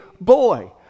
boy